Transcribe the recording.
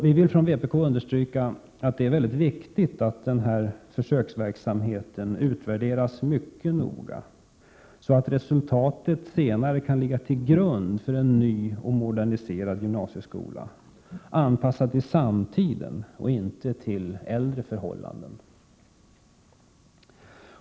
Vi inom vpk vill understryka att det är mycket viktigt att den här försöksverksamheten utvärderas mycket noga, så att resultatet senare kan ligga till grund för en ny och moderniserad gymnasieskola, anpassad till samtiden och inte till äldre förhållanden.